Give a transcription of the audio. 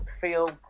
feel